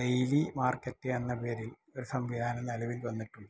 daily market ചെയ്യാൻ എന്ന പേരിൽ ഒര് സംവിധാനം നിലവിൽ വന്നിട്ടുണ്ട്